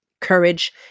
courage